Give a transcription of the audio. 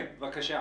כן, בבקשה.